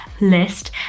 list